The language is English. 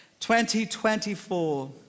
2024